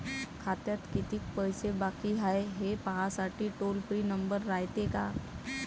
खात्यात कितीक पैसे बाकी हाय, हे पाहासाठी टोल फ्री नंबर रायते का?